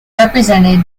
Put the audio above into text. represented